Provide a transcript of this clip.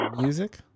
music